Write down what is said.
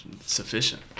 sufficient